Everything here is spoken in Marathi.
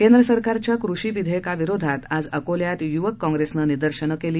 केंद्रसरकारच्या कृषी विधेयकांविरोधात आज अकोल्यात युवक काँग्रेसनं निदर्शन केलं